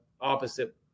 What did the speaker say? opposite